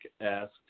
asked